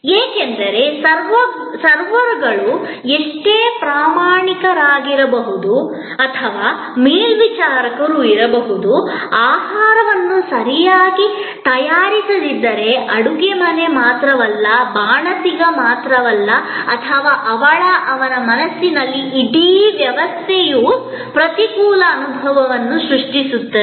ಏಕೆಂದರೆ ಸರ್ವರ್ಗಳು ಎಷ್ಟೇ ಪರಿಣಾಮಕಾರಿಯಾಗಿರಬಹುದು ಅಥವಾ ಮೇಲ್ವಿಚಾರಕರು ಇರಬಹುದು ಆಹಾರವನ್ನು ಸರಿಯಾಗಿ ತಯಾರಿಸದಿದ್ದರೆ ಅಡಿಗೆ ಮಾತ್ರವಲ್ಲ ಬಾಣಸಿಗ ಮಾತ್ರವಲ್ಲ ಅವನ ಅಥವಾ ಅವಳ ಮನಸ್ಸಿನಲ್ಲಿ ಇಡೀ ವ್ಯವಸ್ಥೆಯು ಪ್ರತಿಕೂಲ ಅನುಭವವನ್ನು ಸೃಷ್ಟಿಸುತ್ತಿದೆ